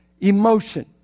Emotion